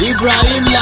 Ibrahim